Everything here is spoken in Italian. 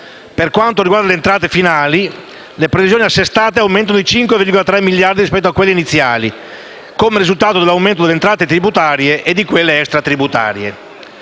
Per quanto riguarda le entrate finali, le previsioni assestate aumentano di 5,3 miliardi rispetto a quelle iniziali, come risultato di un incremento delle entrate tributarie e di quelle extratributarie.